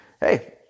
hey